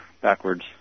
backwards